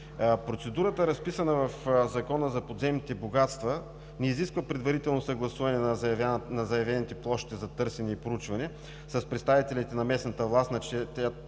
Процедурата, разписана в Закона за подземните богатства, не изисква предварително съгласуване на заявените площи за търсене и проучване с представителите на местната власт, на чиято